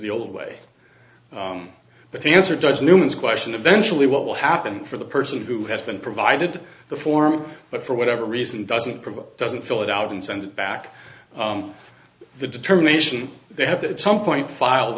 the old way but the answer does newman's question eventually what will happen for the person who has been provided the form but for whatever reason doesn't provide doesn't fill it out and send back the determination they have that at some point file